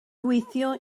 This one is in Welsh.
gweithio